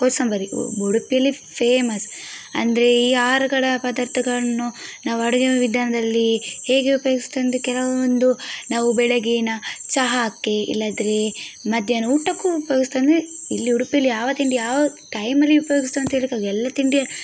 ಕೋಸಂಬರಿ ಉಡುಪಿಲಿ ಫೇಮಸ್ ಅಂದರೆ ಈ ಆಹಾರಗಳ ಪದಾರ್ಥಗಳನ್ನು ನಾವು ಅಡುಗೆ ವಿಧಾನದಲ್ಲಿ ಹೇಗೆ ಉಪಯೋಗಿಸ್ತೇ ಕೆಲವೊಂದು ನಾವು ಬೆಳಗಿನ ಚಹಾಕ್ಕೆ ಇಲ್ಲದ್ರೆ ಮಧ್ಯಾಹ್ನ ಊಟಕ್ಕೂ ಉಪಯೋಗಿಸ್ತೇವೆ ಅಂದರೆ ಇಲ್ಲಿ ಉಡುಪಿಯಲ್ಲಿ ಯಾವ ತಿಂಡಿ ಯಾವ ಟೈಮಲ್ಲಿ ಉಪಯೋಗಿಸ್ತೇವೆ ಅಂತ ಹೇಳಿಕ್ಕೆ ಆಗಲ್ಲ ಎಲ್ಲ ತಿಂಡಿ